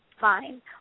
Fine